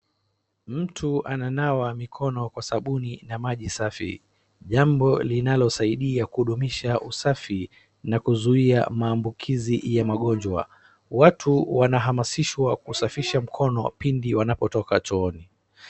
Mtu ananawa mikono kwa sabuni na maji safi. Jambo linalosaidia kundumisha usafi na kuzuia maambukukizi ya magonjwa. Watu wanahamasishwa kusafisha mkono pindi wanapo toka chooni.